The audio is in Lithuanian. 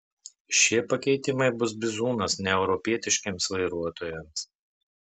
šie pakeitimai bus bizūnas neeuropietiškiems vairuotojams